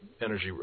energy